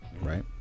right